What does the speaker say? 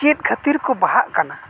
ᱪᱮᱫ ᱠᱷᱟᱹᱛᱤᱨ ᱠᱚ ᱵᱟᱦᱟᱜ ᱠᱟᱱᱟ